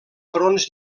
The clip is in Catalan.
fronts